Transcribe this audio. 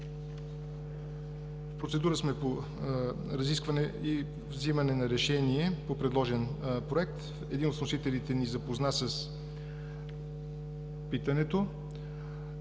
процедура сме по разискване и вземане на решение по предложен проект. Един от вносителите ни запозна с питането.